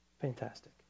Fantastic